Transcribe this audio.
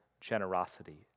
generosity